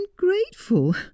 ungrateful